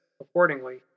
accordingly